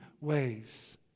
ways